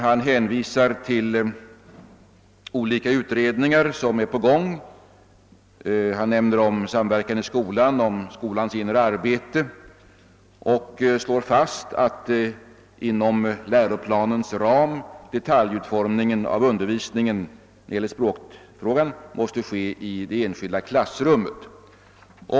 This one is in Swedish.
Han hänvisar till de olika utredningar som är på gång. Han nämner därvidlag samverkan i skolan, skolans inre arbete, och han slår fast att inom läroplanens ram detaljutformningen av undervisningen när det gäller språkfrågan måste ske i det enskilda klassrummet.